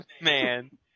man